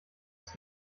ist